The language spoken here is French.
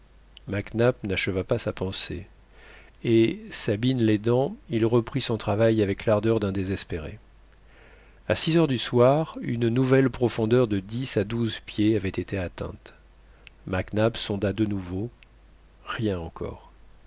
mac nap n'acheva pas sa pensée et sabine l'aidant il reprit son travail avec l'ardeur d'un désespéré à six heures du soir une nouvelle profondeur de dix à douze pieds avait été atteinte mac nap sonda de nouveau rien encore